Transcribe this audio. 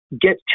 get